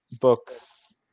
books